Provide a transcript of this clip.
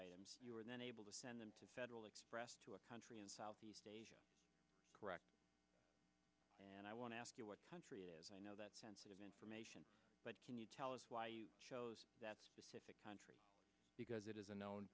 items you were then able to send them to federal express to a country in southeast asia and i want to ask you what country it is i know that sensitive information but can you tell us why you chose that specific country because it is a known